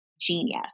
genius